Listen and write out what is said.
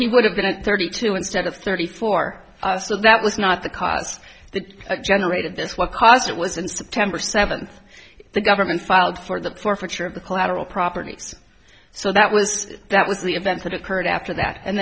he would have been thirty two instead of thirty four so that was not the cost that generated this what caused it was in september seventh the government filed for the forfeiture of the collateral properties so that was that was the events that occurred after that and